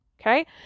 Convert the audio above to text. Okay